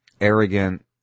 arrogant